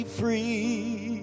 free